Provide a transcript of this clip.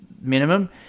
minimum